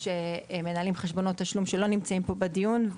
שמנהלים חשבונות תשלום שלא נמצאים פה בדיון,